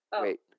Wait